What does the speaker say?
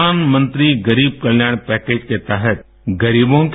प्रधानमंत्री गरीब कल्याण पैकेजष् के तहतए गरीबों के